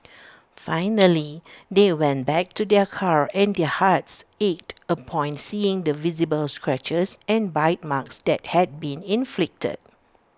finally they went back to their car and their hearts ached upon seeing the visible scratchers and bite marks that had been inflicted